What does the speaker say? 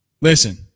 Listen